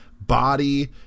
body